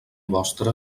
vostre